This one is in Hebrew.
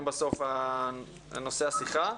הרי הם נושא השיחה.